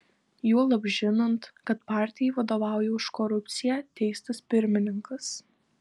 juolab žinant kad partijai vadovauja už korupciją teistas pirmininkas